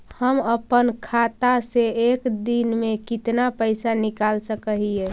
हम अपन खाता से एक दिन में कितना पैसा निकाल सक हिय?